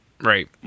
Right